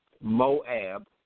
Moab